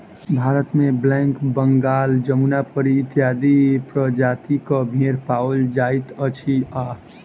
भारतमे ब्लैक बंगाल, जमुनापरी इत्यादि प्रजातिक भेंड़ पाओल जाइत अछि आ